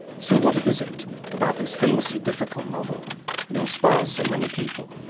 so what is it about this famously difficult novel that inspires so many people?